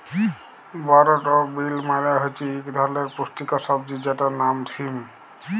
বরড বিল মালে হছে ইক ধরলের পুস্টিকর সবজি যেটর লাম সিম